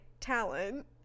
talent